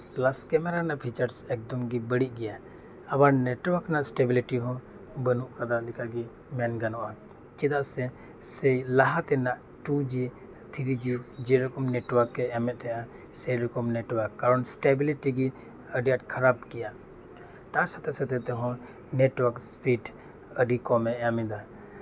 plus camera ᱨᱮᱭᱟᱜ features ᱮᱠᱫᱚᱢ ᱜᱮ ᱵᱟᱹᱲᱤᱡ ᱜᱮᱭᱟ ᱟᱵᱟᱨ ᱱᱮᱴᱣᱟᱨᱠ ᱨᱮᱭᱟᱜ ᱮᱥᱴᱮᱵᱤᱞᱤᱴᱤ ᱦᱚᱸ ᱵᱟᱹᱱᱩᱜ ᱟᱠᱟᱫ ᱞᱮᱠᱟᱜᱮ ᱢᱮᱱ ᱜᱟᱱᱚᱜᱼᱟ ᱪᱮᱫᱟᱜ ᱥᱮ ᱞᱟᱦᱟ ᱛᱮᱱᱟᱜ ᱴᱩ ᱡᱤ ᱛᱷᱨᱤ ᱡᱤ ᱡᱮᱨᱚᱠᱚᱢ ᱱᱮᱴᱣᱟᱨᱠ ᱮ ᱮᱢ ᱮᱫ ᱛᱟᱦᱮᱱᱟ ᱥᱮᱨᱚᱠᱚᱢ ᱱᱮᱴᱣᱟᱨᱠ ᱠᱟᱨᱚᱱ ᱮᱥᱴᱤᱵᱤᱞᱮᱴᱤ ᱜᱮ ᱟᱹᱰᱤ ᱟᱸᱴ ᱠᱷᱟᱨᱟᱯ ᱜᱮᱭᱟ ᱛᱟᱨ ᱥᱟᱛᱮ ᱥᱟᱛᱮ ᱛᱮᱦᱚᱸ ᱱᱮᱴᱣᱟᱨᱠ ᱤᱥᱯᱤᱰ ᱟᱹᱰᱤ ᱠᱚᱢᱮ ᱮᱢ ᱮᱫᱟ